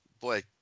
boy